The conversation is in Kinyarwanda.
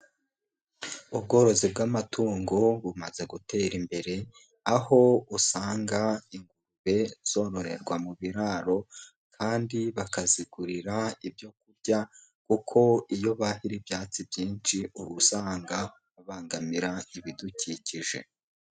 Ubworozi bw'amatungo bumaze gutera imbere, aho usanga ingurube zororerwa mu biraro kandi bakazigurira ibyo kurya kuko iyo bahira ibyatsi byinshi uba usanga babangamira ibidukikije.